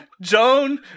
Joan